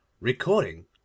Recording